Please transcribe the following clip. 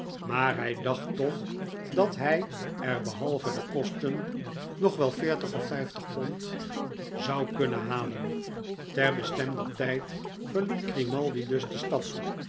maar hij dacht toch dat hij er behalve de kosten nog wel of pond zou kunnen halen ter bestemder tijd verliet grimaldi dus de stad